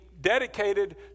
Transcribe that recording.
dedicated